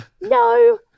No